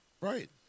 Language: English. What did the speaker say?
Right